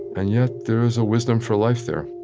and yet, there is a wisdom for life there